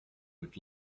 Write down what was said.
would